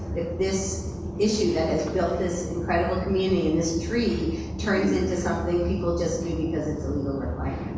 this issue that has built this incredible community in this tree turns into something people just do because it's a requirement.